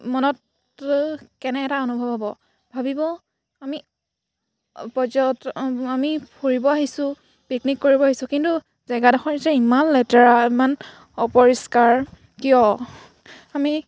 মনত কেনে এটা অনুভৱ হ'ব ভাবিব আমি পৰ্যায়ত আমি ফুৰিব আহিছোঁ পিকনিক কৰিব আহিছোঁ কিন্তু জেগাডোখৰ যে ইমান লেতেৰা ইমান অপৰিষ্কাৰ কিয় আমি